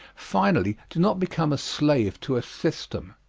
finally, do not become a slave to a system.